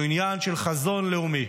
זהו עניין של חזון לאומי.